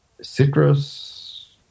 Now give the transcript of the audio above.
citrus